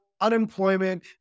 unemployment